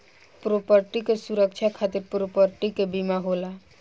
property के सुरक्षा खातिर प्रॉपर्टी के बीमा होला